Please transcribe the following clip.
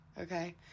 okay